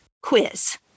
quiz